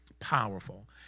powerful